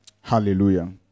Hallelujah